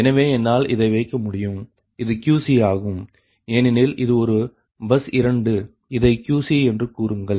எனவே என்னால் இதை வைக்க முடியும் இது QCஆகும் ஏனெனில் இது ஒரு பஸ் 2 இதை QCஎன்று கூறுங்கள்